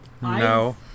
No